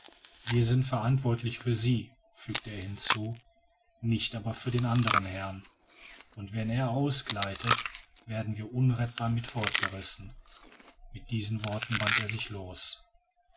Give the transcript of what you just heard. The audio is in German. wir sind verantwortlich für sie fügte er hinzu nicht aber für den anderen herrn und wenn er ausgleitet werden wir unrettbar mit fortgerissen mit diesen worten band er sich los